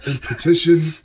petition